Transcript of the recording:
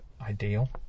ideal